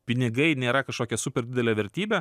pinigai nėra kažkokia super didelė vertybė